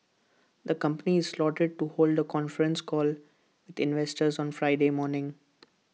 the company is slated to hold A conference call investors on Friday morning